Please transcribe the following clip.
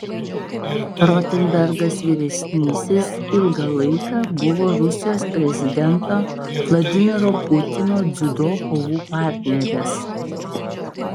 rotenbergas vyresnysis ilgą laiką buvo rusijos prezidento vladimiro putino dziudo kovų partneris